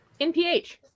NPH